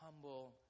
humble